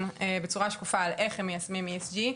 בצורה שקופה על איך הם מיישמים ESG,